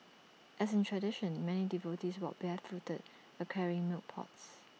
as is tradition many devotees walked barefoot A carrying milk pots